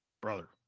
brother